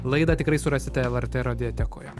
laidą tikrai surasite lrt radiotekoje